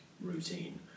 routine